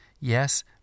Yes